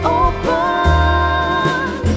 open